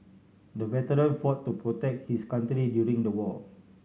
the veteran fought to protect his country during the war